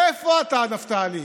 איפה אתה, נפתלי?